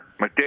McDavid